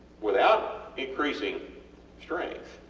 without increasing strength,